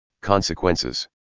consequences